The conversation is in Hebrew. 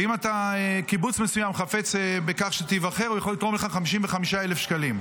ואם קיבוץ מסוים חפץ שתיבחר הוא יכול לתרום לך 55,000 שקלים,